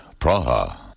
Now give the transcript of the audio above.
Praha